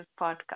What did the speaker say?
Podcast